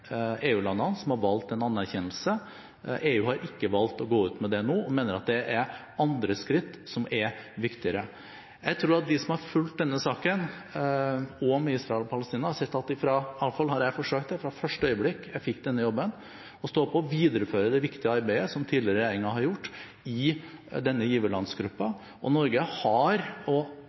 som har valgt en anerkjennelse. EU har ikke valgt å gå ut med det nå og mener at det er andre skritt som er viktigere. Jeg tror at de som har fulgt saken om Israel og Palestina, har sett at jeg iallfall har forsøkt fra første øyeblikk jeg fikk denne jobben, å stå på og videreføre det viktige arbeidet som tidligere regjeringer har gjort i giverlandsgruppen. Norge har vært og er sentral i de viktige politiske overlegningene som nå foretas for å